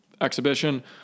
exhibition